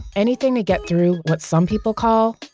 anything to get through what some people call,